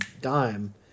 dime